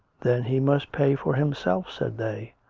then he must pay for himself said they,